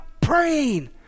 praying